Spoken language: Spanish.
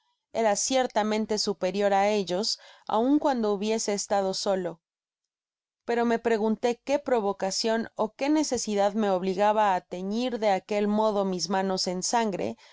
era ciertamente superior á ellos aun cuando hubiese estado solo pero me pregunté qué provocacion ó qué necesidad me obligaba á teñir de aquel modo mis manos en sangre